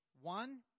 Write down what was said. one